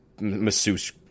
masseuse